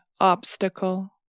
obstacle